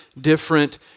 different